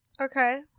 Okay